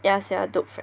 ya sia dude